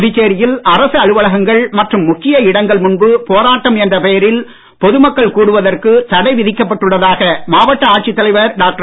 புதுச்சேரியில் அரசு அலுவலகங்கள் மற்றும் முக்கிய இடங்கள் முன்பு போராட்டம் என்ற பெயரில் பொதுமக்கள் கூடுவதற்கு தடை விதிக்கப் பட்டுள்ளதாக மாவட்ட ஆட்சித்தலைவர் டாக்டர்